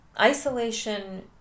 Isolation